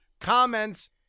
comments